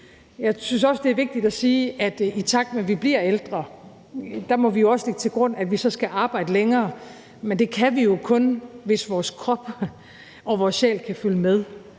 Jeg synes også, det er vigtigt at sige, at i takt med vi bliver ældre, må vi også lægge til grund, at vi så skal arbejde længere. Men det kan vi jo kun, hvis vores krop og sjæl kan følge med,